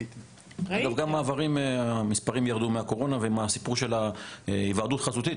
גם במעברים המספרים ירדו מהקורונה ועם הסיפור של היוועדות החזותית.